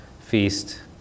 feast